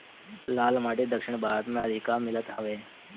लाल माटी दक्षिण भारत में अधिका मिलत हवे